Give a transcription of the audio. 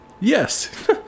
Yes